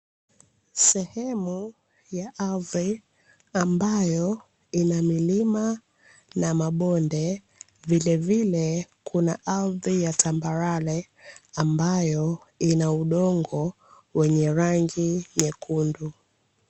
Sehemu ya ardhi ambayo ina milima na mabonde, vilevile kuna ardhi ya tambarare; ambayo ina udongo wenye rangi nyekundu.